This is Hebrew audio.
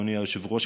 אדוני היושב-ראש,